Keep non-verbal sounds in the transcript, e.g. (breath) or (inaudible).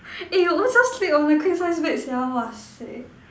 (breath) eh you own self sleep on a queen size bed sia !wahseh!